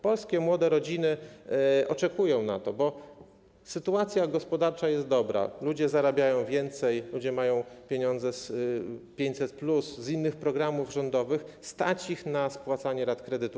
Polskie młode rodziny oczekują tego, bo sytuacja gospodarcza jest dobra, ludzie zarabiają więcej, mają pieniądze z 500+, z innych programów rządowych, stać ich na spłacanie rat kredytu.